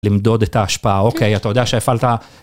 למדוד את ההשפעה, אוקיי, אתה יודע שהפעלת...